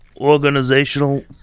organizational